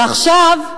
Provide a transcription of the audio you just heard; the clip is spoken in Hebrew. ועכשיו,